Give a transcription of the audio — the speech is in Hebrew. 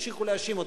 ימשיכו להאשים אותנו,